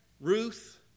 Ruth